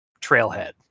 Trailhead